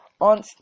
on